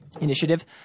initiative